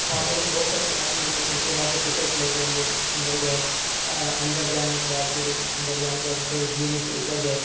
وہاں پہ بہت سارے آتے ہیں گھومنے کے لیے پھر وہاں پہ ٹکٹ لے کے ہم لوگ اندر گیے اندر جانے کے بعد پھر اندر جانے کے بعد دوسرے زینے سے اوپر گیے